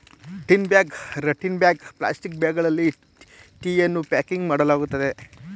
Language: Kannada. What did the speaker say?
ಟಿನ್ ಬ್ಯಾಗ್, ರಟ್ಟಿನ ಬ್ಯಾಗ್, ಪ್ಲಾಸ್ಟಿಕ್ ಬ್ಯಾಗ್ಗಳಲ್ಲಿ ಟೀಯನ್ನು ಪ್ಯಾಕಿಂಗ್ ಮಾಡಲಾಗುವುದು